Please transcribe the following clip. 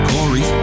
Corey